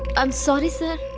um sorry sir.